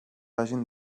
hagin